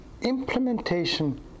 implementation